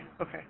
okay